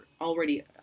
already